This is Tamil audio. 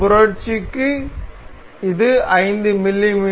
ஒரு சுழற்சிக்கு இது 5 மி